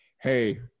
hey